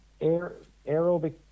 aerobic